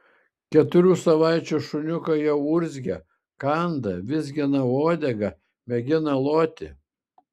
keturių savaičių šuniukai jau urzgia kanda vizgina uodegą mėgina loti